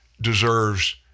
deserves